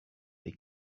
les